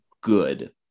good